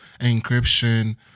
encryption